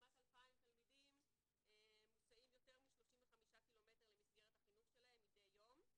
כמעט 2,000 תלמידים מוסעים יותר מ-35 ק"מ למסגרת החינוך שלהם מדי יום,